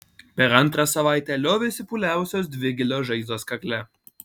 per antrą savaitę liovėsi pūliavusios dvi gilios žaizdos kakle